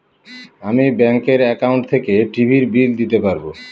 আমি ব্যাঙ্কের একাউন্ট থেকে টিভির বিল দিতে পারবো